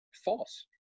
false